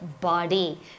body